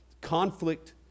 conflict